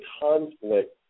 conflict